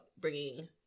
bringing